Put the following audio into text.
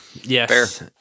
yes